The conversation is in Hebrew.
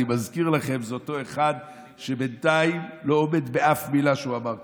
אני מזכיר לכם שזה אותו אחד שבינתיים לא עומד באף מילה שהוא אמר קודם.